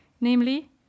namely